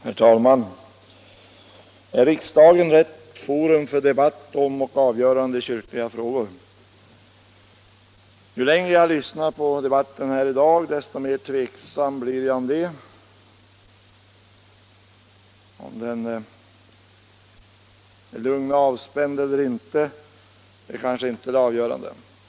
Herr talman! Är riksdagen rätt forum för debatt om och avgörande i kyrkliga frågor? Ju längre jag har lyssnat på debatten här i dag, desto mer tveksam har jag blivit om detta. Om debatten är lugn och avspänd eller ej är kanske inte det avgörande.